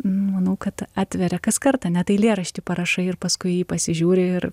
manau kad atveria kas kartą net eilėraštį parašai ir paskui jį pasižiūri ir